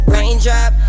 Raindrop